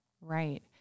right